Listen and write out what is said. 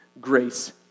grace